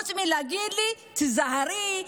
חוץ מלהגיד לי: תיזהרי,